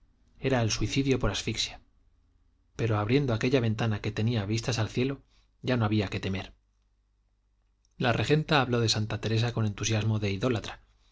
era el suicidio por asfixia pero abriendo aquella ventana que tenía vistas al cielo ya no había que temer la regenta habló de santa teresa con entusiasmo de idólatra